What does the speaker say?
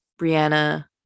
Brianna